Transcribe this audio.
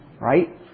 Right